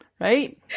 right